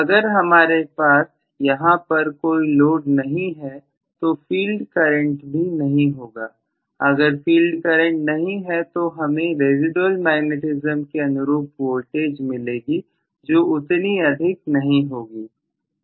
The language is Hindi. अगर हमारे पास यहां पर कोई लोड नहीं है तो फील्ड करंट भी नहीं होगा अगर फील्ड करंट नहीं है तो हमें रेसीडुएल मैग्नेटिज्म के अनुरूप वोल्टेज मिलेगी जो उतनी अधिक नहीं होगी